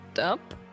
up